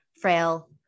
frail